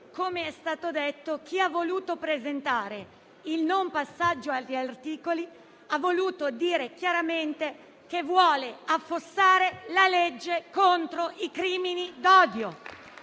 come è stato detto, chi ha voluto presentare la proposta di non passaggio all'esame degli articoli ha voluto dire chiaramente che vuole affossare la legge contro i crimini d'odio.